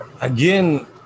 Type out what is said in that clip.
Again